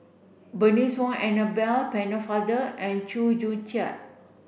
Bernice Wong Annabel Pennefather and Chew Joo Chiat